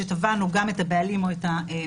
כשתבענו גם את הבעלים או את המנהלים,